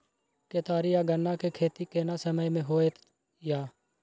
केतारी आ गन्ना के खेती केना समय में होयत या?